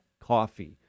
coffee